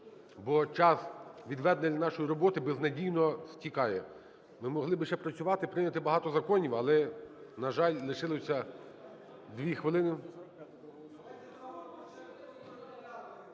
Бо час, відведений для нашої роботи, безнадійно стікає. Ми могли би ще працювати, прийняти багато законів, але, на жаль, лишилося 2 хвилини.